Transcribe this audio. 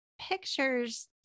pictures